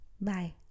Bye